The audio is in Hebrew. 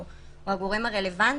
או הגורם הרלוונטי,